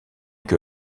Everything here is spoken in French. que